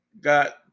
got